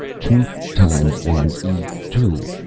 toot time one ee two.